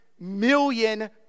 million